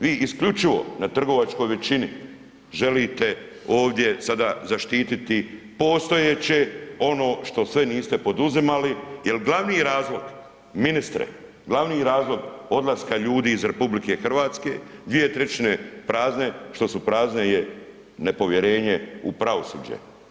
Vi isključivo na trgovačkoj većini želite ovdje sada zaštititi postojeće ono što sve niste poduzimali jer glavni razlog, ministre, glavni razlog odlaska ljudi iz RH 2/3 prazne, što su prazne, je nepovjerenje u pravosuđe.